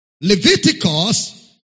Leviticus